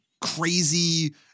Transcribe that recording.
crazy